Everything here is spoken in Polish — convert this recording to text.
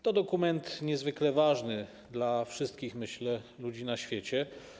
To dokument niezwykle ważny dla wszystkich, myślę, ludzi na świecie.